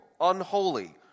unholy